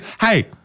Hey